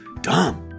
Dumb